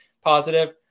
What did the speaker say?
positive